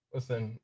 Listen